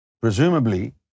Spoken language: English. presumably